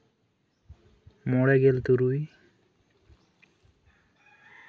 ᱢᱚᱬᱮ ᱜᱮᱞ ᱛᱩᱨᱩᱭ